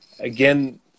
Again